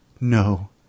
no